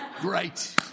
Great